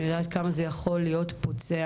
אני יודעת כמה זה יכול להיות פוצע,